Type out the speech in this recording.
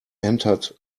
entered